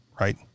right